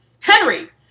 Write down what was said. Henry